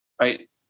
right